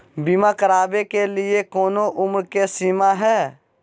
बीमा करावे के लिए कोनो उमर के सीमा है?